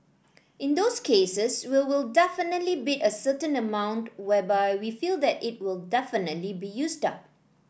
in those cases we will definitely bid a certain amount whereby we feel that it will definitely be used up